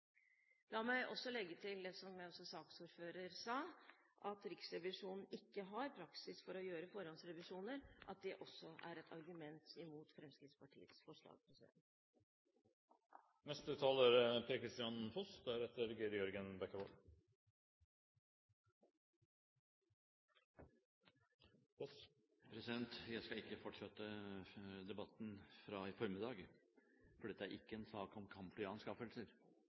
La meg også legge til det som også saksordføreren sa – at Riksrevisjonen ikke har praksis for å gjøre forhåndsrevisjoner, at det også er et argument imot Fremskrittspartiets forslag. Jeg skal ikke fortsette debatten fra i formiddag, for dette er ikke en sak om kampflyanskaffelser.